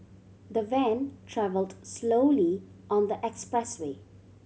the van travelled slowly on the expressway